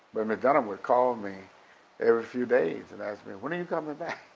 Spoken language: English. but miss dunham would call me every few days and ask me, iwhen are you coming back